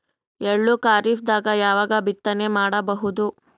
ಎಳ್ಳು ಖರೀಪದಾಗ ಯಾವಗ ಬಿತ್ತನೆ ಮಾಡಬಹುದು?